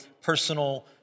personal